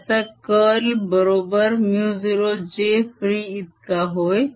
त्याचा curl बरोबर μ0 j free इतका होय